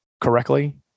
correctly